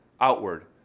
outward